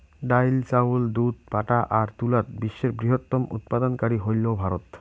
ডাইল, চাউল, দুধ, পাটা আর তুলাত বিশ্বের বৃহত্তম উৎপাদনকারী হইল ভারত